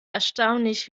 erstaunlich